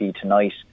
tonight